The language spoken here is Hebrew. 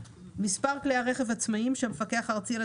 (ד)מספר כלי הרכב העצמאיים שהמפקח הארצי על